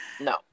No